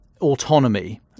autonomy